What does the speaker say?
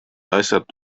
asjad